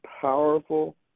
powerful